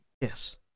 Yes